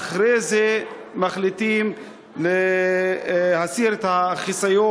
ואחרי זה יחליטו אם להסיר את החיסיון.